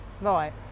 Right